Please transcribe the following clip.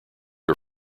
are